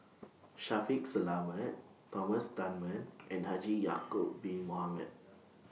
Shaffiq Selamat Thomas Dunman and Haji Ya'Acob Bin Mohamed